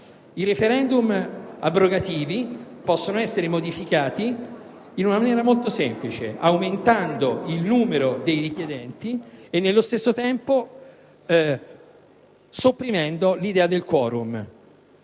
I *referendum* abrogativi possono essere modificati in maniera molto semplice: aumentando il numero dei richiedenti e, nello stesso tempo, sopprimendo l'idea del *quorum*.